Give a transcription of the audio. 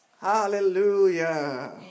Hallelujah